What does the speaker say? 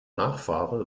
nachfahre